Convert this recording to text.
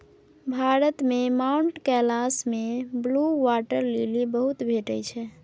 भारत मे माउंट कैलाश मे blue water lily बहुत भेटै छै